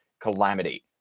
calamity